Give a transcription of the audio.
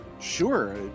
Sure